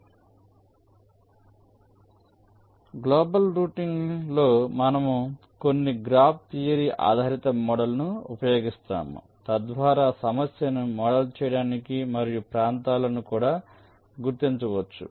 కాబట్టి గ్లోబల్ రౌటింగ్లో మనము కొన్ని గ్రాఫ్ థియరీ ఆధారిత మోడళ్లను ఉపయోగిస్తాము తద్వారా సమస్యను మోడల్ చేయడానికి మరియు ప్రాంతాలను కూడా గుర్తించవచ్చు